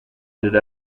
ended